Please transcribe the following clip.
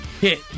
hit